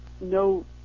no